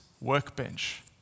workbench